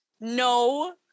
No